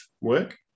work